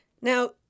Now